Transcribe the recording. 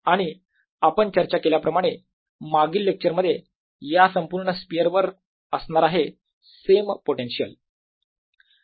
आणि आपण चर्चा केल्याप्रमाणे मागील लेक्चर मध्ये या संपूर्ण स्पियर वर असणार आहे सेम पोटेन्शियल